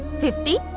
fifty,